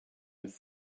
with